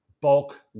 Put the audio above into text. bulk